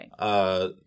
Right